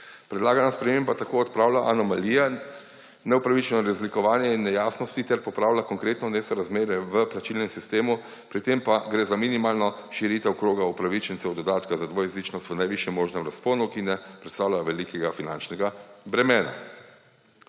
Predlagana sprememba tako odpravlja anomalije, neupravičeno razlikovanje in nejasnosti ter popravlja konkretno nesorazmerje v plačnem sistemu, pri tem pa gre za minimalno širitev kroga upravičencev dodatka za dvojezičnost v najvišjem možnem razponu, ki ne predstavlja velikega finančnega bremena.